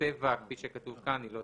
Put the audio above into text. ובצבע Pantone Cool